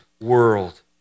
world